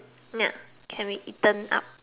yup can be eaten up